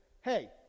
hey